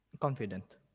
Confident